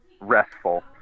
restful